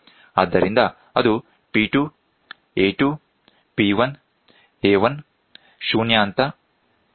ಆದ್ದರಿಂದ ಅದು P2 A2 P1 A1 0 ಹಂತ d